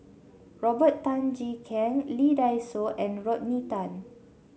Robert Tan Jee Keng Lee Dai Soh and Rodney Tan